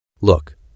Look